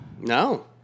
No